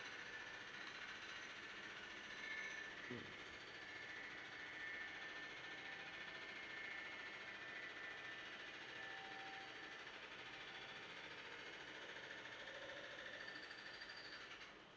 mm